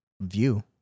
view